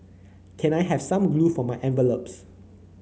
can I have some glue for my envelopes